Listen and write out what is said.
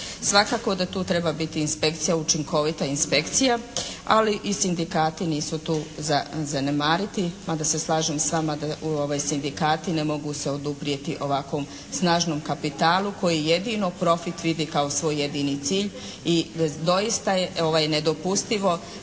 Svakako da tu treba biti inspekcija, učinkovita inspekcija, ali i sindikati nisu tu za zanemariti mada se slažem s vama da u, sindikati ne mogu se oduprijeti ovakvom snažnom kapitalu koji jedino profit vidi kao svoj jedini cilj. I doista je nedopustivo